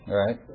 right